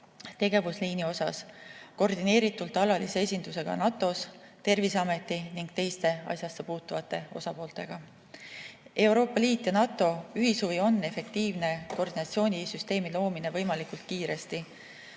tegevusliini osas koordineeritult alalise esindusega NATO-s, Terviseameti ning teiste asjassepuutuvate osapooltega. Euroopa Liidu ja NATO ühishuvi on luua efektiivne koordinatsioonisüsteem võimalikult kiiresti.